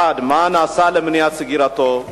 1. מה נעשה למניעת סגירתו?